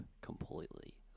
completely